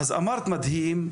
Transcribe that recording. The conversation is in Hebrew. אמרת מדהים,